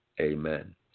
Amen